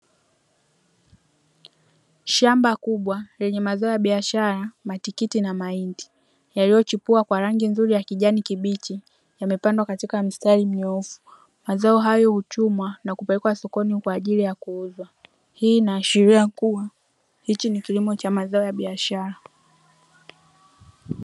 Shamba kubwa lenye mazao ya biashara matikiti na mahindi yaliyochipua kwa rangi nzuri ya kijani kibichi yamepandwa katika mstari mnyoofu. Mazao hayo huchumwa na kupelekwa sokoni kwa ajili ya kuuzwa. Hii inaashiria kuwa hichi ni kilimo cha mazao ya biashara.